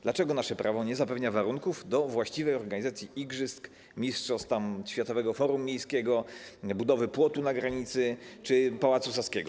Dlaczego nasze prawo nie zapewnia warunków do np. właściwej organizacji igrzysk, mistrzostw, Światowego Forum Miejskiego, budowy płotu na granicy czy Pałacu Saskiego?